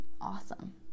awesome